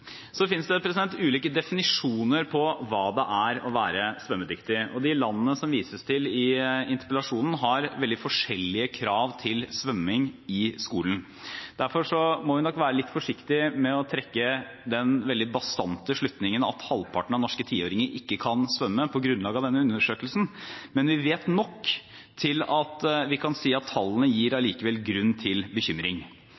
Det finnes ulike definisjoner av hva det er å være svømmedyktig. De landene det vises til i interpellasjonen, har veldig forskjellige krav til svømming i skolen, derfor må vi nok være litt forsiktige med å trekke den veldig bastante slutningen at halvparten av norske tiåringer ikke kan svømme, på grunnlag av denne undersøkelsen. Vi vet likevel nok til at vi kan si at tallene gir